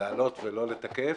לעלות ולא לתקף.